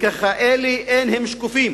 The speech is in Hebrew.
וככאלה אין הם שקופים